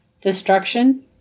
destruction